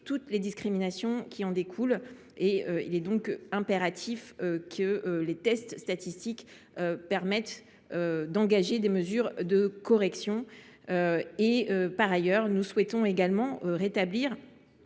toutes les discriminations qui découlent de ces derniers. Il est donc impératif que les tests statistiques permettent d’engager des mesures de correction. Par ailleurs, nous souhaitons rétablir